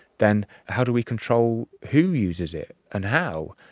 then how do we control who uses it and how?